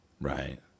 Right